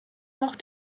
noch